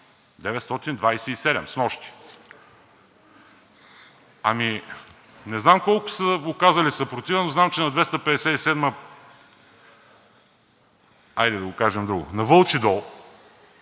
927, снощи. Ами не знам колко са оказали съпротива, но знам, че на 257, хайде да го кажем друго, на Вълчи дол